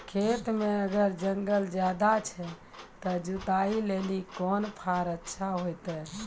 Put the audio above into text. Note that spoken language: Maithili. खेत मे अगर जंगल ज्यादा छै ते जुताई लेली कोंन फार अच्छा होइतै?